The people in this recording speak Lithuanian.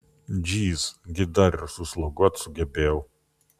džyz gi dar ir susloguot sugebėjau